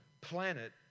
planet